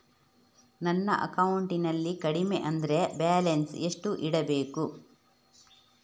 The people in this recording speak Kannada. ನನ್ನ ಅಕೌಂಟಿನಲ್ಲಿ ಕಡಿಮೆ ಅಂದ್ರೆ ಬ್ಯಾಲೆನ್ಸ್ ಎಷ್ಟು ಇಡಬೇಕು?